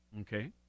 Okay